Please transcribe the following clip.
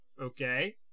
Okay